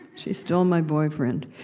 she stole my boyfriend!